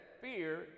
fear